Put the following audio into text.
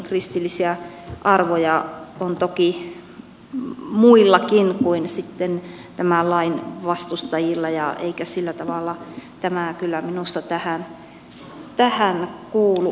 kristillisiä arvoja on toki muillakin kuin tämän lain vastustajilla eikä sillä tavalla tämä kyllä minusta tähän kuulu ollenkaan